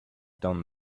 done